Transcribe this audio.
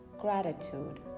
gratitude